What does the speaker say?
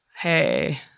Hey